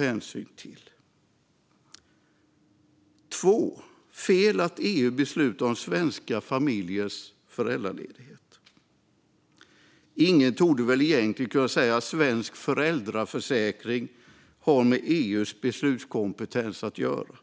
För det andra är det fel att EU beslutar om svenska familjers föräldraledighet. Ingen torde egentligen kunna säga att svensk föräldraförsäkring har med EU:s beslutskompetens att göra.